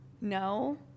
No